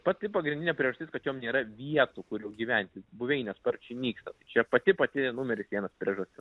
pati pagrindinė priežastis kad jom nėra vietų kur gyventi buveinės sparčiai nyksta tai čia pati pati numeris vienas priežastis